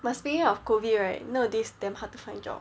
but speaking of COVID right nowadays damn hard to find job